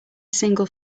single